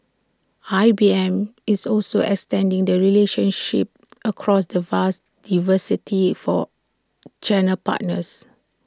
I B M is also extending the relationships across the vast diversity for channel partners